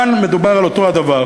כאן מדובר על אותו הדבר.